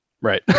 Right